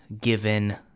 given